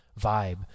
vibe